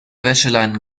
wäscheleinen